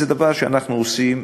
זה דבר שאנחנו עושים,